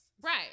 Right